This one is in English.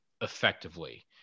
effectively